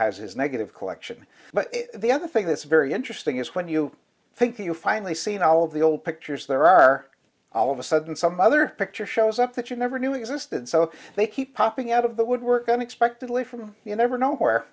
has is negative collection but the other thing that's very interesting is when you think you finally seen all the old pictures there are all of a sudden some other picture shows up that you never knew existed so they keep popping out of the woodwork unexpectedly from you never know